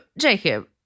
Jacob